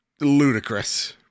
ludicrous